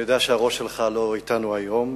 אני יודע שהראש שלך לא אתנו היום,